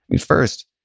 First